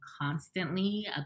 constantly